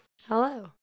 Hello